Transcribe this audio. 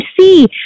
see